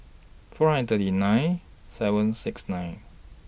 four hundred and thirty nine seven six nine